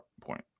point